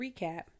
recap